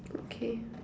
okay